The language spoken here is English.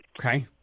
Okay